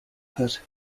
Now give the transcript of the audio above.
hut